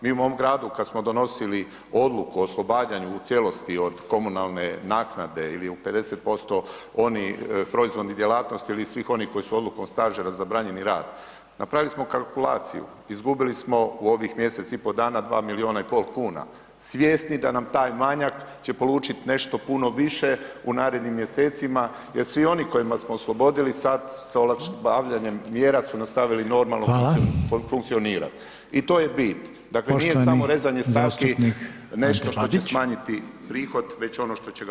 Mi u mom gradu kad smo donosili odluku o oslobađanju u cijelosti od komunalne naknade ili 50% onih proizvodnih djelatnosti ili svih onih koji su odlukom stožera zabranjeni rad, napravili smo kalkulaciju, izgubili smo u ovih mjesec i pol dana 2 milijuna i pol kuna, svjesni da nam taj manjak će polučit nešto puno više u narednim mjesecima jer svi onima kojima smo oslobodili sad sa olakšavanjem mjera su nastavili normalno funkcionirati i to je bit [[Upadica Reiner: Hvala.]] Dakle, nije samo rezanje stavki nešto što će smanjiti prihod već ono što će ga povećati.